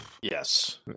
yes